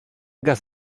gaeth